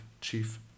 chief